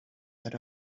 that